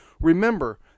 remember